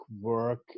work